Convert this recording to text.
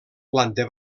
planta